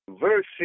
Verse